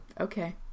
Okay